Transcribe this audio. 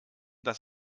dass